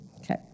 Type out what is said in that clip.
okay